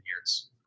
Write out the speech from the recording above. years